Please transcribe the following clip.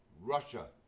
Russia